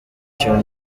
kintu